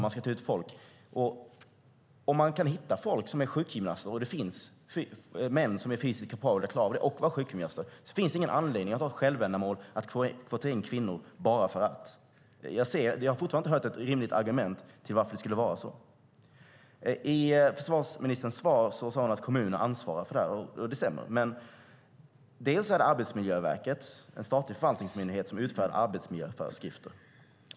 Man ska ta ut folk. Om man kan hitta folk som är sjukgymnaster, och det finns män som är fysiskt kapabla och som är sjukgymnaster, är det inget självändamål att ta in kvinnor bara för att. Jag har fortfarande inte hört ett rimligt argument för varför det skulle vara så. I försvarsministerns svar sade hon att kommunerna ansvarar för det här. Det stämmer, men det är Arbetsmiljöverket, en statlig förvaltningsmyndighet, som utfärdar arbetsmiljöföreskrifter.